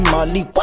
Molly